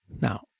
Now